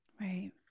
Right